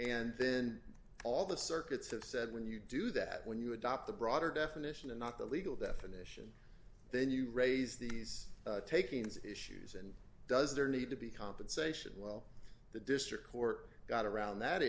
and then all the circuits that said when you do that when you adopt the broader definition and not the legal definition then you raise these takings issues and does there need to be compensation well the district court got around that